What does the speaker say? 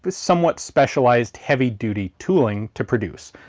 but somewhat specialized heavy-duty tooling to produce.